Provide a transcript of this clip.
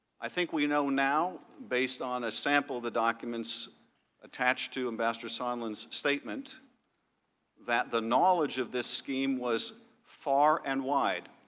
i think we know now, based on a sample of documents attached to ambassador sondland's statement that the knowledge of the scheme was far and wide.